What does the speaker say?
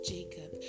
Jacob